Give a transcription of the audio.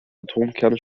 atomkerne